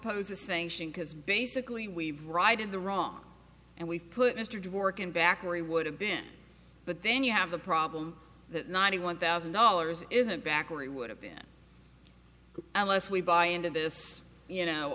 pose a sanction because basically we ride in the wrong and we put mr dworkin back where he would have been but then you have the problem that ninety one thousand dollars isn't back where he would have been an ls we buy into this you know